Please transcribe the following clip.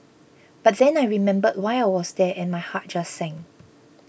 but then I remembered why I was there and my heart just sank